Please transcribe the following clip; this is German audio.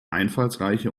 einfallsreiche